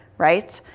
right.